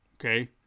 okay